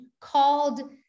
called